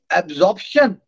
absorption